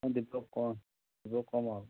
দীপকক ক'ম দীপকক ক'ম আৰু